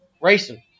racing